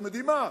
אתם יודעים מה,